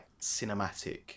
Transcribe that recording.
cinematic